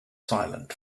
silent